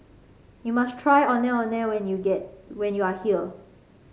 you must try Ondeh Ondeh when you get when you are here